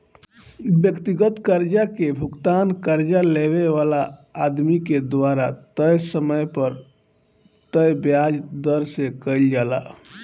व्यक्तिगत कर्जा के भुगतान कर्जा लेवे वाला आदमी के द्वारा तय समय पर तय ब्याज दर से कईल जाला